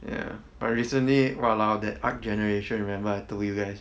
ya but recently !walao! that art generation remember I told you guys